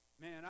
Man